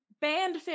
band